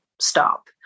stop